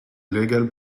illegal